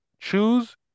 choose